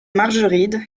margeride